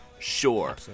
Sure